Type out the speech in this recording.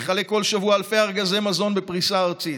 המחלק בכל שבוע אלפי ארגזי מזון בפריסה ארצית.